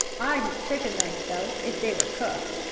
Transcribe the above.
i'd eat chickens' legs though, if they were cooked.